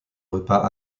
repas